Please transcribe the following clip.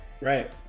Right